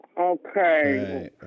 Okay